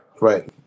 right